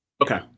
Okay